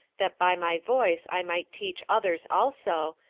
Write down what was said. that by my voice i might teach others also,